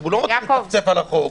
הוא לא רוצה לצפצף על החוק.